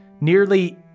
nearly